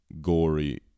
gory